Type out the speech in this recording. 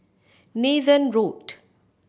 Nathan Road